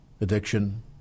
addiction